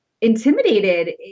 intimidated